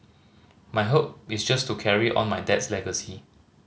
my hope is just to carry on my dad's legacy